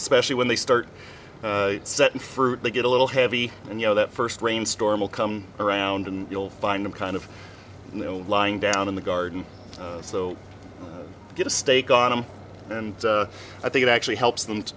especially when they start setting for it they get a little heavy and you know that first rainstorm will come around and you'll find them kind of you know lying down in the garden so you get a steak on them and i think it actually helps them to